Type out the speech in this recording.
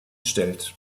stellt